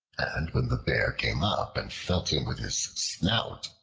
and when the bear came up and felt him with his snout,